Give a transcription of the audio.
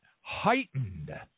heightened